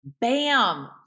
Bam